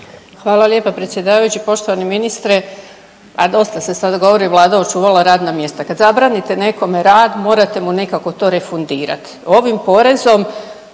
Hvala lijepa predsjedavajući. Poštovani ministre, a dosta se sad govori Vlada očuvala radna mjesta, kad zabranite nekome rad morate mu nekako to refundirat. Ovim porezom